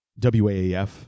WAAF